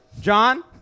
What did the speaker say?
John